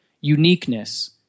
uniqueness